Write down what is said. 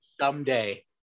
someday